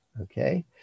okay